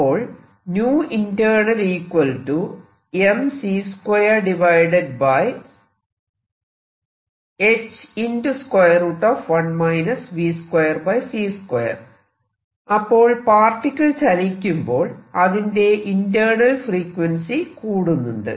അപ്പോൾ അപ്പോൾ പാർട്ടിക്കിൾ ചലിക്കുമ്പോൾ അതിന്റെ ഇന്റേണൽ ഫ്രീക്വൻസി കൂടുന്നുണ്ട്